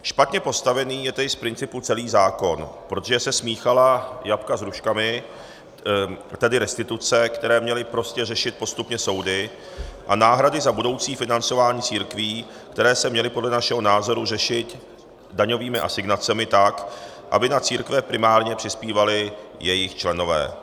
Špatně postavený je tedy z principu celý zákon, protože se smíchala jablka s hruškami, tedy restituce, které měly prostě řešit postupně soudy, a náhrady za budoucí financování církví, které se měly podle našeho názoru řešit daňovými asignacemi tak, aby na církve primárně přispívali jejich členové.